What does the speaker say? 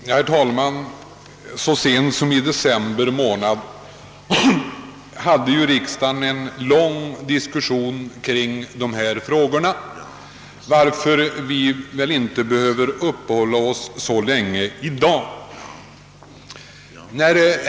Herr talman! Så sent som i december förra året hade ju riksdagen en lång diskussion om dessa frågor, varför vi väl inte i dag behöver uppehålla oss vid dem så länge.